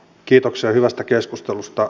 kiitoksia hyvästä keskustelusta